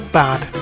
bad